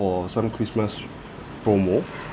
for some christmas promo